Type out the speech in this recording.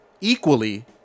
equally